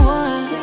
one